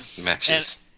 matches